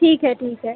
ठीक है ठीक है